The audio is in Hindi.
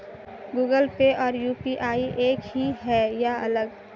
गूगल पे और यू.पी.आई एक ही है या अलग?